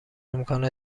امکان